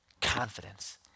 confidence